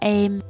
em